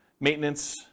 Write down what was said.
Maintenance